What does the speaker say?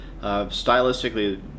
stylistically